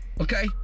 Okay